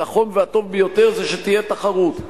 הנכון והטוב ביותר זה שתהיה תחרות,